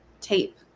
tape